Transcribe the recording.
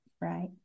Right